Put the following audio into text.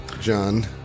John